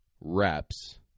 reps